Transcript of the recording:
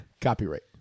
copyright